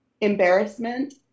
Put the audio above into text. Embarrassment